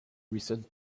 recent